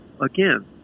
again